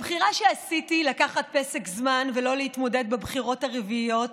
הבחירה שעשיתי לקחת פסק זמן ולא להתמודד בבחירות הרביעיות